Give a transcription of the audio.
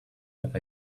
that